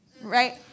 right